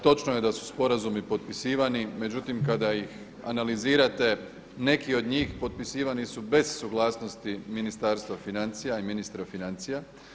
Točno je da su sporazumi potpisivani međutim kada ih analizirate neki od njih potpisivani su bez suglasnosti Ministarstva financija i ministra financija.